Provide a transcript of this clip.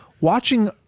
watching